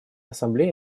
ассамблея